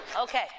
Okay